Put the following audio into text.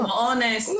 כמו אונס,